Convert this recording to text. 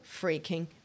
freaking